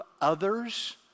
others